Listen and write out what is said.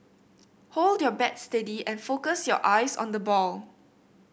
hold your bat steady and focus your eyes on the ball